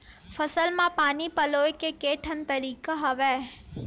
फसल म पानी पलोय के केठन तरीका हवय?